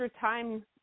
time